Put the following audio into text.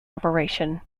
operation